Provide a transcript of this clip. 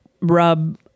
rub